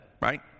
right